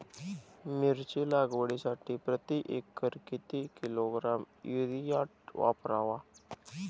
मिरची लागवडीसाठी प्रति एकर किती किलोग्रॅम युरिया वापरावा?